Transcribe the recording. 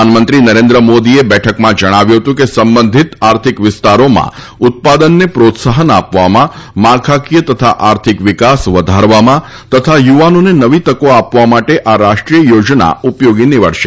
પ્રધાનમંત્રી નરેન્દ્ર મોદીએ બેઠકમાં જણાવ્યું હતું કે સંબંધિત આર્થિક વિસ્તારોમાં ઉત્પાદનને પ્રોત્સાહન આપવામાં માળખાકીય તથા આર્થિક વિકાસ વધારવામાં તથા યુવાનોને નવી તકો આપવા માટે આ રાષ્ટ્રીય યોજના ઉપયોગી નીવડશે